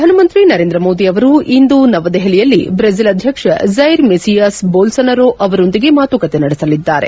ಪ್ರಧಾನಮಂತ್ರಿ ನರೇಂದ್ರ ಮೋದಿ ಅವರು ಇಂದು ನವದೆಹಲಿಯಲ್ಲಿ ಬ್ರೆಸಿಲ್ ಅಧ್ಯಕ್ಷ ಜೈರ್ ಮೆಸಿಯಾಸ್ ಬೋಲ್ಲೋನರೋ ಅವರೊಂದಿಗೆ ಮಾತುಕತೆ ನಡೆಸಲಿದ್ದಾರೆ